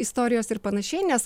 istorijos ir panašiai nes